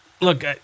look